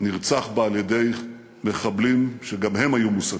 נרצח בה על-ידי מחבלים, שגם הם היו מוסתים.